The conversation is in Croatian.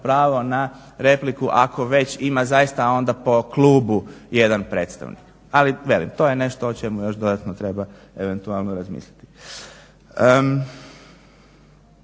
pravo na repliku ako već ima zaista onda po klubu jedan predstavnik. Ali velim to je nešto o čemu još dodatno treba eventualno razmisliti.